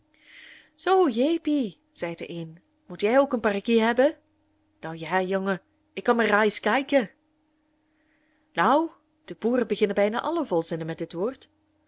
zoo jeepie zeit de een mot jij ook een parrekie hebben nou jæ jongen ik kom mær rais kaiken nou de boeren beginnen bijna alle volzinnen met dit woord